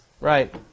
Right